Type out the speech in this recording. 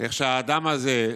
איך שהאדם הזה,